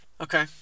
Okay